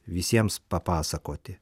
visiems papasakoti